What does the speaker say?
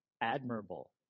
admirable